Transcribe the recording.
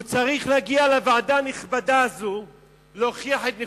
הוא צריך להגיע לוועדה הנכבדה הזאת להוכיח את נכותו.